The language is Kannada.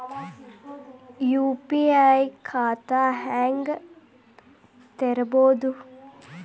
ಯು.ಪಿ.ಐ ಖಾತಾ ಹೆಂಗ್ ತೆರೇಬೋದು?